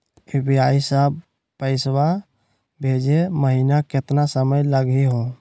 UPI स पैसवा भेजै महिना केतना समय लगही हो?